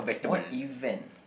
what event